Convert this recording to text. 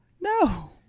No